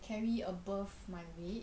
carry above my weight